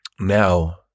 Now